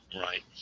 Right